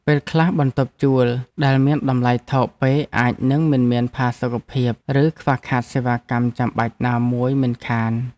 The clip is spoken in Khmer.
ពេលខ្លះ បន្ទប់ជួលដែលមានតម្លៃថោកពេកអាចនឹងមិនមានផាសុកភាព ឬខ្វះខាតសេវាកម្មចាំបាច់ណាមួយមិនខាន។